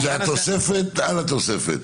זו תוספת על התוספת.